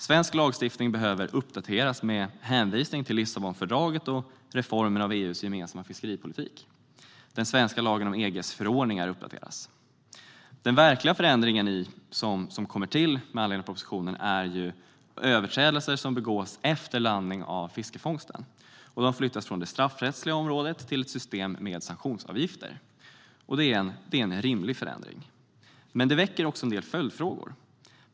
Svensk lagstiftning behöver uppdateras med hänvisning till Lissabonfördraget och reformen av EU:s gemensamma fiskeripolitik. Den svenska lagen om EG:s förordningar uppdateras. Den verkliga förändringen som kommer till med anledning av propositionen rör de överträdelser som begås efter landning av fiskefångsten. De flyttas från det straffrättsliga området till ett system med sanktionsavgifter. Det är en rimlig förändring, men den väcker en del följdfrågor.